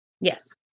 Yes